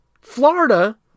Florida